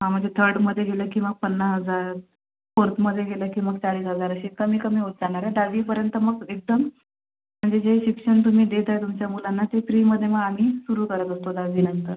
हा म्हणजे थर्डमध्ये गेलं की पन्नास हजार फोर्थमध्ये गेलं की मग चाळीस हजार असे कमी कमी होत जाणार आहे दहावीपर्यंत मग एकदम म्हणजे जे शिक्षण तुम्ही देत आहे तुमच्या मुलांना ते फ्रीमध्ये मग आम्ही सुरु करत असतो दहावीनंतर